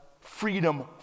freedom